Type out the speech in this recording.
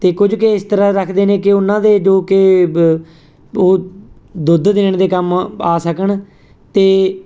ਅਤੇ ਕੁਝ ਕੁ ਇਸ ਤਰ੍ਹਾਂ ਰੱਖਦੇ ਨੇ ਕਿ ਉਹਨਾਂ ਦੇ ਜੋ ਕਿ ਬ ਉਹ ਦੁੱਧ ਦੇਣ ਦੇ ਕੰਮ ਆ ਸਕਣ ਅਤੇ